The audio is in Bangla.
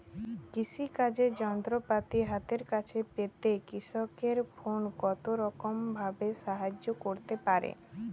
কৃষিকাজের যন্ত্রপাতি হাতের কাছে পেতে কৃষকের ফোন কত রকম ভাবে সাহায্য করতে পারে?